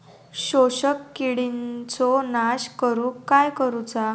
शोषक किडींचो नाश करूक काय करुचा?